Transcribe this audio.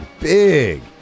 big